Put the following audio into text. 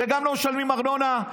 וגם לא משלמים ארנונה,